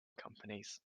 companies